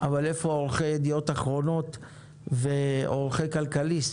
אבל איפה עורכי ידיעות אחרונות ועורכי כלכליסט